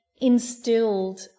instilled